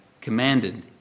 commanded